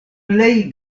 plej